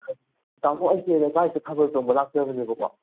ꯇꯥꯃꯣ ꯑꯩꯁꯦ ꯂꯩꯀꯥꯏꯁꯤꯗ ꯊꯥꯕꯜ ꯆꯣꯡꯕ ꯂꯥꯛꯆꯕꯅꯦꯕꯀꯣ